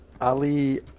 Ali